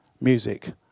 music